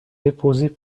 déposés